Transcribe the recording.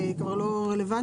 הם כבר לא רלוונטיים,